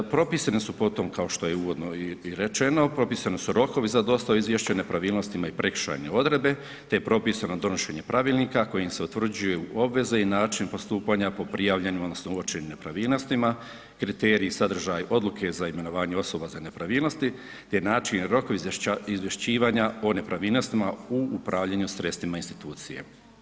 Propisane su po tome kao što je i uvodno rečeno, propisani su rokovi za dostavu o izvješću o nepravilnostima i prekršajne odredbe te je propisano donošenje pravilnika kojim se utvrđuje obveze i način postupanja po prijavljenima odnosno uočenim nepravilnostima, kriteriji, sadržaj, odluke za imenovanje osoba za nepravilnosti te način, rokovi izvješćivanja o nepravilnostima u upravljanju sredstvima institucije.